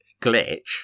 glitch